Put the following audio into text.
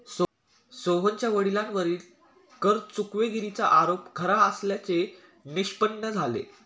सोहनच्या वडिलांवरील कर चुकवेगिरीचा आरोप खरा असल्याचे निष्पन्न झाले